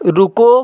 रुको